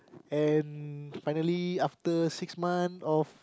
and finally after six month of